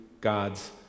God's